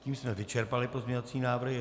Tím jsme vyčerpali pozměňovací návrhy.